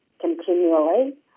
continually